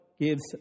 gives